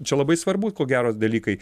čia labai svarbu ko gero dalykai